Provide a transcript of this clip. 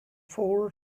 four